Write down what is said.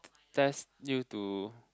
test you to